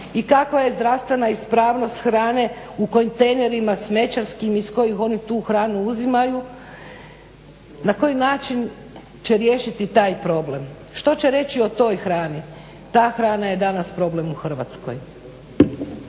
i kakva je zdravstvena ispravnost hrane u kontejnerima smećarskim iz kojih oni tu hranu uzimaju. Na koji način će riješiti taj problem? Što će reći o toj hrani? Ta hrana je danas problem u Hrvatskoj.